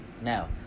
Now